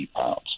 pounds